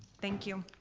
thank you.